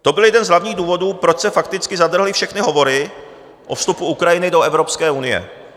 To byl jeden z hlavních důvodů, proč se fakticky zadrhly všechny hovory o vstupu Ukrajiny do Evropské unie.